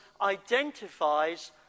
identifies